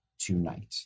tonight